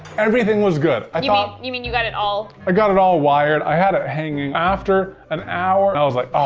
everything was good. and you um you mean you got it all i got it all wired. i had it hanging. after an hour, i was like, ah,